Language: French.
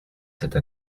cette